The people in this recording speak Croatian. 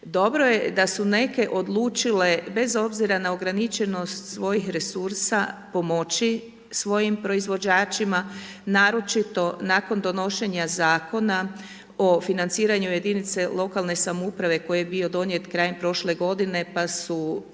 Dobro je da su neke odlučile bez obzira na ograničenost svojih resursa pomoći svojim proizvođačima, naročito nakon donošenja Zakona o financiranju jedinice lokalne samouprave koji je bio donijet krajem prošle godine pa su